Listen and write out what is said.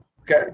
Okay